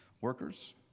workers